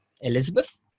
Elizabeth